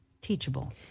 teachable